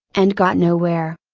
and got nowhere.